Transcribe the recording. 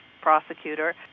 prosecutor